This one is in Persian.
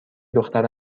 دختر